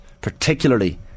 particularly